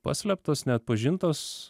paslėptos neatpažintos